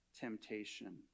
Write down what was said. temptation